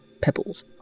pebbles